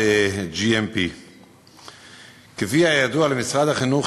GMP. כפי שידוע למשרד החינוך,